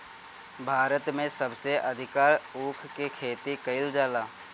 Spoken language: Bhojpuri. भारत में सबसे अधिका ऊख के खेती कईल जाला